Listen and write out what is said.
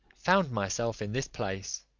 found myself in this place.